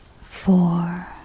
four